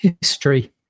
History